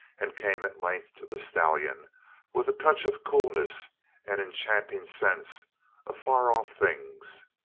and came at length to the stallion with a touch of coolness and enchanting scents of far-off things.